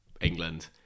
England